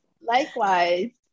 likewise